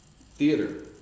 Theater